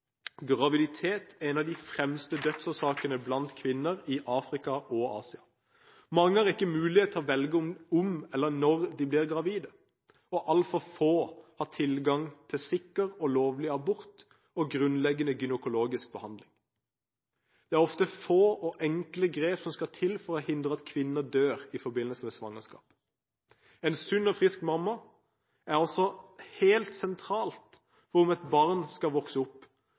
Graviditet er en av de fremste dødsårsakene blant kvinner i Afrika og Asia. Mange har ikke mulighet til å velge om eller når de skal bli gravide, og altfor få har tilgang til sikker og lovlig abort og grunnleggende gynekologisk behandling. Det er ofte få og enkle grep som skal til for å hindre at kvinner dør i forbindelse med svangerskap. En sunn og frisk mamma er også helt sentralt for om et barn skal vokse opp.